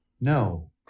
No